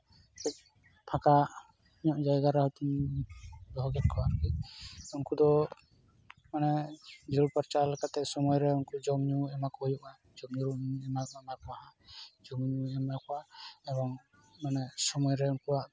ᱠᱟ ᱡ ᱯᱷᱟᱸᱠᱟ ᱧᱚᱜ ᱡᱟᱭᱜᱟ ᱨᱮ ᱦᱚᱭᱛᱳᱧ ᱫᱚᱦᱚ ᱠᱮᱫ ᱠᱚᱣᱟ ᱟᱨᱠᱤ ᱩᱱᱠᱩ ᱫᱚ ᱢᱟᱱᱮ ᱡᱟᱹᱲ ᱯᱟᱨᱪᱟᱣ ᱞᱮᱠᱟᱛᱮ ᱥᱚᱢᱚᱭ ᱨᱮ ᱩᱱᱠᱩ ᱡᱚᱢ ᱧᱩ ᱮᱢᱟ ᱠᱚ ᱦᱩᱭᱩᱜᱼᱟ ᱡᱚᱢ ᱧᱩ ᱮᱢ ᱫᱚ ᱮᱢᱟ ᱠᱚᱣᱟ ᱦᱟᱸᱜ ᱡᱚᱢ ᱧᱩᱧ ᱮᱢᱟ ᱠᱚᱣᱟ ᱮᱵᱚᱝ ᱢᱟᱱᱮ ᱥᱚᱢᱚᱭᱨᱮ ᱩᱱᱠᱩᱣᱟᱜ